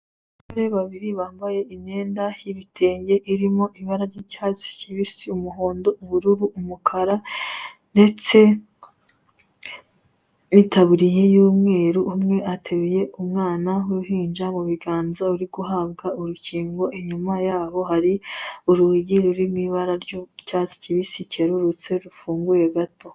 Re babiri bambaye imyenda y'ibitenge irimo ibara ry'icyatsi kibisi, umuhondo, ubururu, umukara, ndetse n'itaburiya y'umweru, umwe ateruye umwana w'uruhinja mu biganza uri guhabwa urukingo inyuma yabo hari, urugi rurimo ibara ry'u icyatsi kibisi kerurutse rufunguye gato.